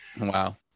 Wow